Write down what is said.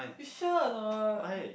you sure or not